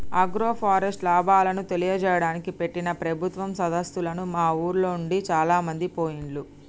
agroforest లాభాలను తెలియజేయడానికి పెట్టిన ప్రభుత్వం సదస్సులకు మా ఉర్లోనుండి చాలామంది పోయిండ్లు